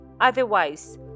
Otherwise